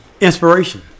Inspiration